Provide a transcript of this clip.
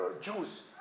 Jews